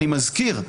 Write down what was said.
אני מזכיר,